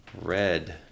Red